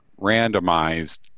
randomized